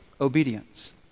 obedience